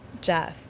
Jeff